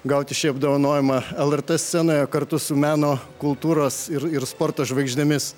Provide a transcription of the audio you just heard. gauti šį apdovanojimą lrt scenoje kartu su meno kultūros ir ir sporto žvaigždėmis